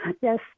Yes